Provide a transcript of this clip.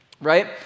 right